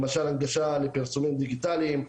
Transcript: למשל הנגשה לפרסומים דיגיטליים,